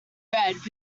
red